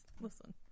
listen